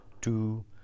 two